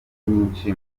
myinshi